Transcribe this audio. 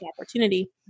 opportunity